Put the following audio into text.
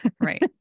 Right